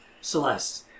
Celeste